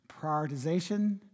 prioritization